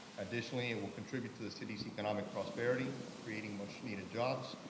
additionally it will contribute to the city's economic prosperity, creating much-needed jobs,